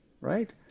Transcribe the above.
right